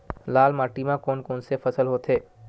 लाल माटी म कोन कौन से फसल होथे?